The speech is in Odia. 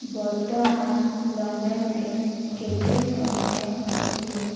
ବର୍ତ୍ତମାନ ଲଣ୍ଡନରେ କେତେ ସମୟ ଅଛି